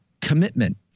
commitment